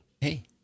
Hey